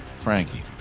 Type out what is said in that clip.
frankie